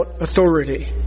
authority